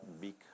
big